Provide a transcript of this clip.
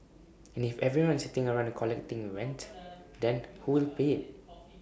and if everyone is sitting around the collecting rent then who will pay IT